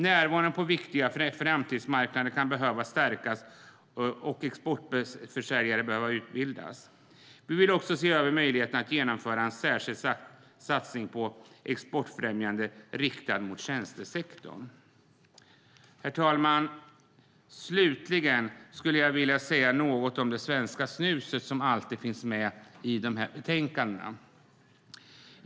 Närvaron på viktiga framtidsmarknader kan behöva stärkas, och exportförsäljare kan behöva utbildas. Vi vill också se över möjligheten att genomföra en särskild satsning på exportfrämjande åtgärder riktade mot tjänstesektorn. Herr talman! Slutligen vill jag säga något om det svenska snuset som alltid finns med i de här betänkandena.